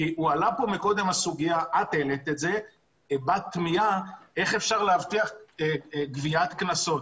את הבעת תמיהה איך אפשר להבטיח גביית קנסות,